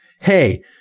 Hey